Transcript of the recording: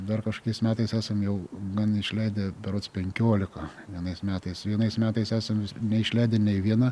dar kažkokiais metais esam jau gan išleidę berods penkiolika vienais metais vienais metais esam neišleidę nei vieną